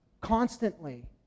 constantly